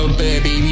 baby